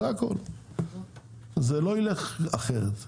זה לא ילך אחרת.